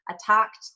attacked